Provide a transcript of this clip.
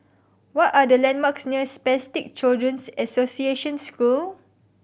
what are the landmarks near Spastic Children's Association School